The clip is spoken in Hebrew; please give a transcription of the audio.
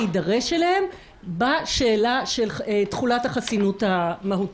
בהקשר לחסינות המהותית,